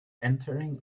entering